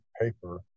paper